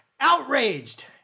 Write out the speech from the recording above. outraged